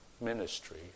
ministry